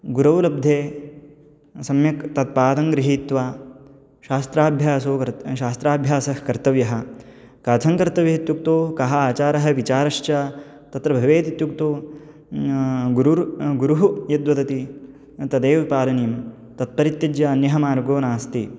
गुरौ लब्धे सम्यक् तत्पादं गृहीत्वा शास्त्राभ्यासो कर्त् शास्त्राभ्यासः कर्तव्यः कथं कर्तव्यः इत्युक्तौ कः आचारः विचारश्च तत्र भवेत् इत्युक्तौ गुरुः गुरुः यद्वदति तदेव पालनीयं तत्परित्यज्य अन्यः मार्गो नास्ति